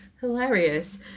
hilarious